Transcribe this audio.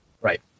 Right